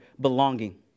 belonging